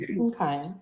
okay